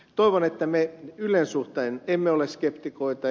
toivon että me ylen suhteen emme ole skeptikoita